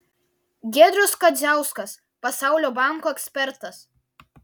giedrius kadziauskas pasaulio banko ekspertas